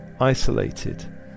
isolated